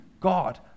God